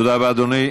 תודה רבה, אדוני.